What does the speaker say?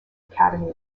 academy